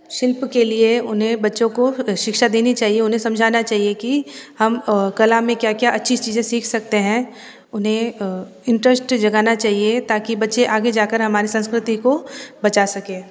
शिल्प के लिए उन्हें बच्चों को शिक्षा देनी चाहिए उन्हें समझना चाहिए कि हम कला में क्या क्या अच्छी चीज सीख सकते हैं उन्हें इंट्रस्ट जगाना चाहिए ताकि बच्चे आगे जाकर हमारी संस्कृति को बचा सके